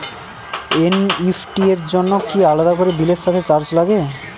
NEFT র জন্য কি আলাদা করে বিলের সাথে চার্জ লাগে?